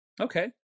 Okay